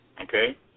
okay